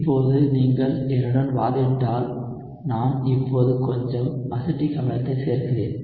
இப்போது நீங்கள் என்னுடன் வாதிட்டால் நான் இப்போது கொஞ்சம் அசிட்டிக் அமிலத்தை சேர்க்கிறேன்